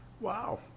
Wow